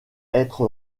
être